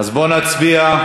אז בואו נצביע.